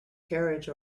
carriage